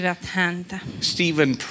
Stephen